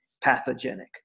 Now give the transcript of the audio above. pathogenic